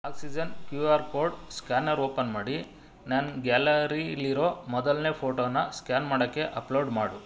oxygen Q R code scanner open ಮಾಡಿ ನನ್ನ ಗ್ಯಾಲರೀಲಿರೋ ಮೊದಲನೇ ಫೋಟೋನ ಸ್ಕ್ಯಾನ್ ಮಾಡೋಕ್ಕೆ ಅಪ್ಲೋಡ್ ಮಾಡು